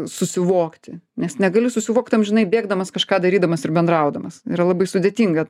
susivokti nes negali susivokt amžinai bėgdamas kažką darydamas ir bendraudamas yra labai sudėtinga